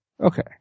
okay